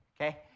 okay